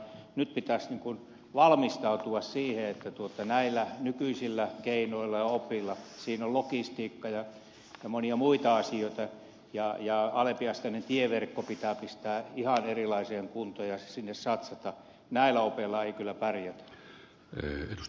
mutta nyt pitäisi valmistautua siihen että näillä nykyisillä keinoilla ja opeilla siinä on logistiikka ja monia muita asioita ja alempiasteinen tieverkko pitää pistää ihan erilaiseen kuntoon ja sinne satsata näillä opeilla ei kyllä pärjätä